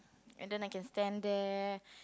and then I can stand there